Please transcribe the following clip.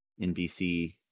NBC